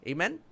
Amen